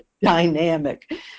dynamic